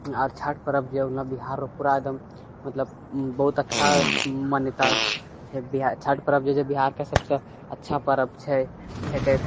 आ छठ पर्व जे अपना बिहारके पूरा एकदम मतलब बहुत अच्छा मान्यता छै छठि पर्व जे छै बिहारके सभसँ अच्छा पर्व छै छेकै